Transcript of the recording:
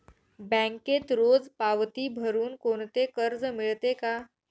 बँकेत रोज पावती भरुन कोणते कर्ज मिळते का?